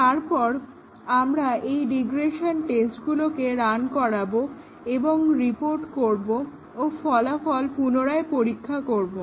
তারপর আমরা এই রিগ্রেশন টেস্টগুলোকে রান করাবো এবং রিপোর্ট করব ও ফলাফলগুলোকে পুনরায় পরীক্ষা করব